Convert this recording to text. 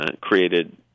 created